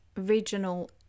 regional